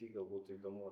tai gal būtų įdomu